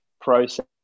process